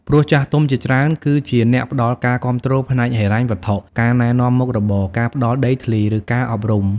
ព្រោះចាស់ទុំជាច្រើន គឺជាអ្នកផ្ដល់ការគាំទ្រផ្នែកហិរញ្ញវត្ថុ ការណែនាំមុខរបរ ការផ្ដល់ដីធ្លី ឬការអប់រំ។